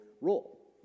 role